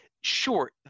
sure